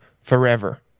forever